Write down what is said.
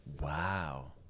wow